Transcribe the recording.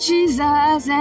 Jesus